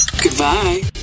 Goodbye